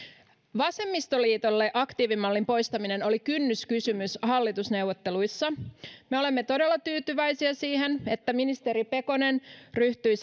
vasemmistoliitolle aktiivimallin poistaminen oli kynnyskysymys hallitusneuvotteluissa me olemme todella tyytyväisiä siihen että ministeri pekonen ryhtyi